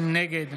נגד